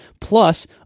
Plus